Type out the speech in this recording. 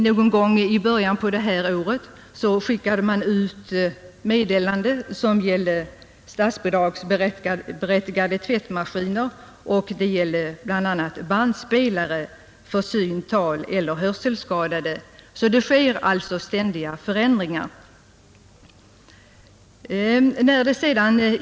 Någon gång i början på detta år skickade man ut ett meddelande som gällde statsbidragsberättigade tvättmaskiner samt bandspelare för syn-, taleller hörselskadade. Det sker alltså ständiga förändringar.